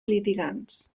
litigants